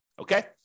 okay